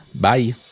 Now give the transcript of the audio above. Bye